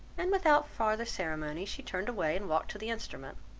and without farther ceremony, she turned away and walked to the instrument.